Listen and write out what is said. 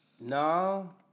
No